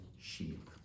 sheep